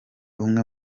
umwe